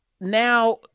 now